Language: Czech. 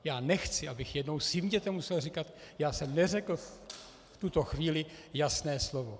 Já nechci, abych jednou svým dětem musel říkat: Já jsem neřekl v tuto chvíli jasné slovo.